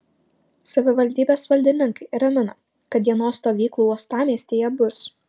savivaldybės valdininkai ramina kad dienos stovyklų uostamiestyje bus